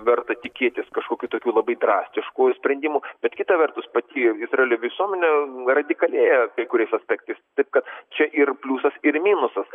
verta tikėtis kažkokių tokių labai drastiškų sprendimų bet kita vertus pati izraelio visuomenė radikalėja kai kuriais aspektais tik kad čia ir pliusas ir minusus